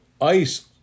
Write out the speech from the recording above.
ice